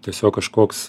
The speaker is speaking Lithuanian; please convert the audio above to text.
tiesiog kažkoks